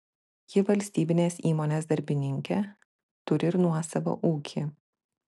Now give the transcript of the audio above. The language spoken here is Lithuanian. ji valstybinės įmonės darbininkė turi ir nuosavą ūkį